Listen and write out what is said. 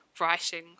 writing